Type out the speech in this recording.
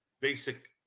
basic